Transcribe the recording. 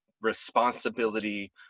responsibility